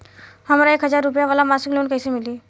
हमरा एक हज़ार रुपया वाला मासिक लोन कईसे मिली?